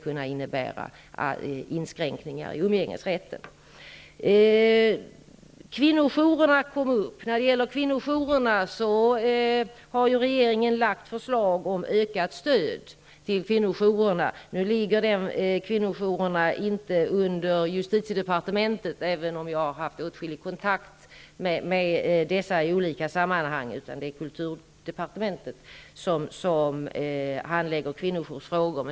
Kvinnojourerna togs upp. Regeringen har lagt fram förslag om ökat stöd till kvinnojourerna. Den frågan ligger inte under justitiedepartementet, även om jag har haft åtskilliga kontakter med kvinnojourer i olika sammanhang. Det är kulturdepartementet som handlägger kvinnojoursfrågor.